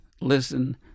listen